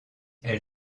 elle